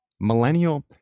millennial